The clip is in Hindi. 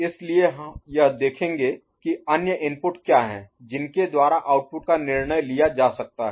इसलिए यह देखेंगे कि अन्य इनपुट क्या हैं जिनके द्वारा आउटपुट का निर्णय लिया जा सकता है